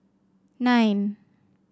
nine